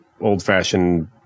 old-fashioned